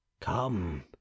Come